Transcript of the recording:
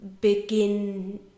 begin